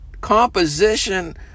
composition